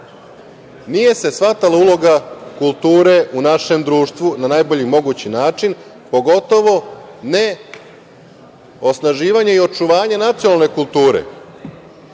se shvatala uloga kulture u našem društvu na najbolji mogući način, pogotovo ne osnaživanje i očuvanje nacionalne kulture.